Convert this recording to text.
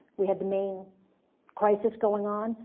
we had the main crisis going on,